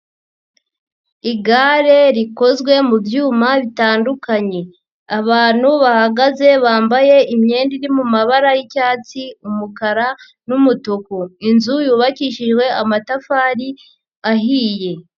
Igare rikozwe mu byuma bitandukanye, abantu bahagaze bambaye imyenda iri mu mabara y'icyatsi, umukara n'umutuku, inzu yubakishijwe amatafari ahiye.